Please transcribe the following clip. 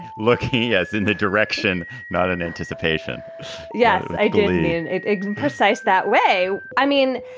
look, he has in the direction not an anticipation yes, i believe it is precise that way. i mean,